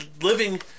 living